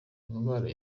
indwara